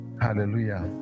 hallelujah